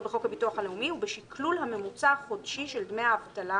בחוק הביטוח הלאומי עם שקלול הממוצע החודשי של דמי האבטלה